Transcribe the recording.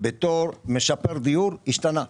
בתור משפר דיור השתנה.